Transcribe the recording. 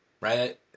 Right